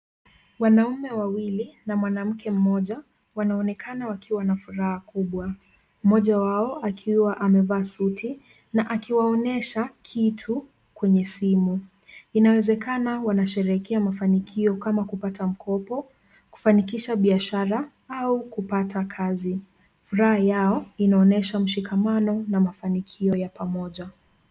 Wanaume wawili na mwanamke mmoja wanaonekana wakiwa na furaha kubwa mmoja wao akiwa amevaa suti na akiwaonyesha kitu kwenye simu. Inawezekana wanasherekea mafanikio kama kupata mkopo, kufanikisha biashara au kupata kazi. Furaha yao inaonyesha mshikamano na mafanikio ya pamoja.